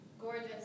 Gorgeous